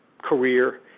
Career